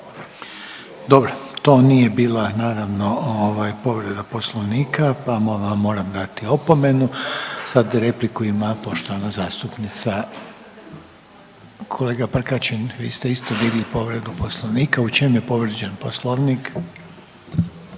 Dobro, to nije bila naravno, ovaj povreda Poslovnika pa vam moram dati opomenu. Sad repliku ima poštovana zastupnica… Kolega Prkačin, vi ste isto digli povredu Poslovnika. U čemu je povrijeđen Poslovnik?